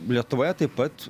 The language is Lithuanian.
lietuvoje taip pat